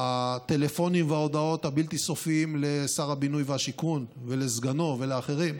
הטלפונים וההודעות הבלתי-סופיים לשר הבינוי והשיכון ולסגנו ולאחרים,